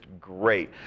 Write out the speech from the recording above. great